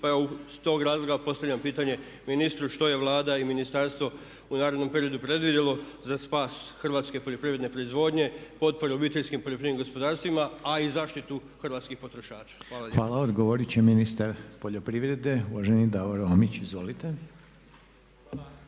pa iz tog razloga postavljam pitanje ministru što je Vlada i ministarstvo u narednom periodu predvidjelo za spas hrvatske poljoprivredne proizvodnje, potpore OPG-ima a i zaštitu hrvatskih potrošača. Hvala lijepa. **Reiner, Željko (HDZ)** Hvala. Odgovorit će ministar poljoprivrede, uvaženi Davor Romić. Izvolite.